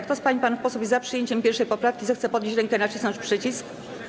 Kto z pań i panów posłów jest za przyjęciem 1. poprawki, zechce podnieść rękę i nacisnąć przycisk.